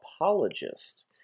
apologist